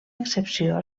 excepció